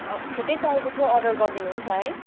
छिट्टै चाहिएको थियो अर्डर गरिदिनु हुन्छ है